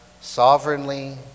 sovereignly